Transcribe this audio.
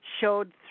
Showed